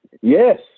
Yes